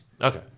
Okay